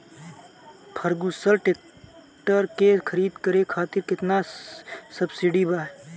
Ferguson tractor के खरीद करे खातिर केतना सब्सिडी बा?